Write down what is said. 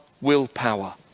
willpower